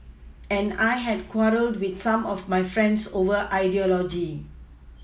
and I had quarrelled with some of my friends over ideology